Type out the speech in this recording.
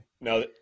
No